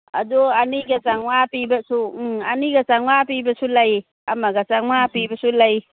ꯑꯗꯨ ꯑꯅꯤꯒ ꯆꯥꯝꯃꯉꯥ ꯄꯤꯕꯁꯨ ꯑꯅꯤꯒ ꯆꯥꯝꯃꯉꯥ ꯄꯤꯕꯁꯨ ꯂꯩ ꯑꯃꯒ ꯆꯥꯝꯃꯉꯥ ꯄꯤꯕꯁꯨ ꯂꯩ